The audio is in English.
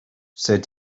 said